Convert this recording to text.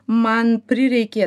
man prireikė